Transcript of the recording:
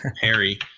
Harry